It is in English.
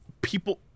people